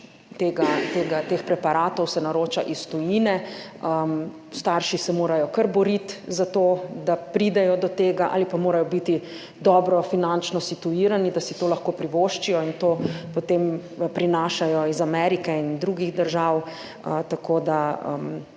pač teh preparatov se naroča iz tujine. Starši se morajo kar boriti za to, da pridejo do tega, ali pa morajo biti dobro finančno situirani, da si to lahko privoščijo in to potem prinašajo iz Amerike in drugih držav. Tako da